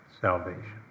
salvation